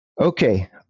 Okay